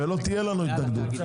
ולא תהיה לנו התנגדות.